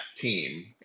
team